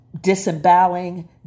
disemboweling